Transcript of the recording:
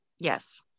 Yes